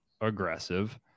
aggressive